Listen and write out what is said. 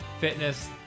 fitness